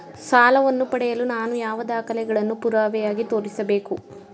ಸಾಲವನ್ನು ಪಡೆಯಲು ನಾನು ಯಾವ ದಾಖಲೆಗಳನ್ನು ಪುರಾವೆಯಾಗಿ ತೋರಿಸಬೇಕು?